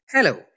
Hello